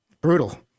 Brutal